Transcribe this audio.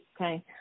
okay